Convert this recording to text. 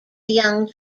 young